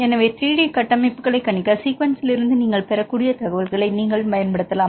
எனவே 3D கட்டமைப்புகளை கணிக்க சீக்வென்ஸ்லிருந்து நீங்கள் பெறக்கூடிய தகவல்களை நீங்கள் பயன்படுத்தலாம்